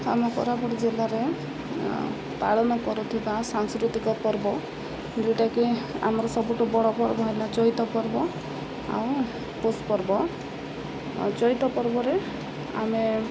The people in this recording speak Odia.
ଆମ କୋରାପୁଟ ଜିଲ୍ଲାରେ ପାଳନ କରୁଥିବା ସାଂସ୍କୃତିକ ପର୍ବ ଯେଉଁଟାକି ଆମର ସବୁଠୁ ବଡ଼ ପର୍ବ ହେଲା ଚଇତ ପର୍ବ ଆଉ ପୁଷ ପର୍ବ ଚୈତ୍ର ପର୍ବରେ ଆମ